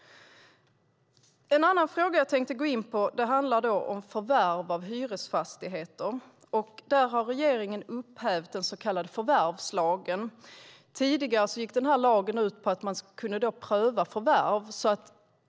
En annan fråga som jag tänkte gå in på handlar om förvärv av hyresfastigheter. Där har regeringen upphävt den så kallade förvärvslagen. Tidigare gick den här lagen ut på att man kunde pröva förvärv.